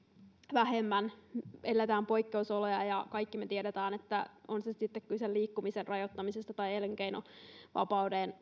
vähemmän eletään poikkeusoloja ja kaikki me tiedämme että on sitten kyse liikkumisen rajoittamisesta tai elinkeinovapauden